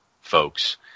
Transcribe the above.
folks